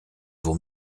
vaut